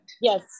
Yes